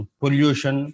pollution